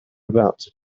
about